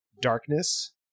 darkness